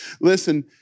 Listen